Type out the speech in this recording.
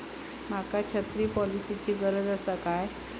माका छत्री पॉलिसिची गरज आसा काय?